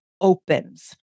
opens